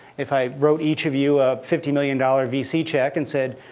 if i wrote each of you a fifty million dollars vc check and said,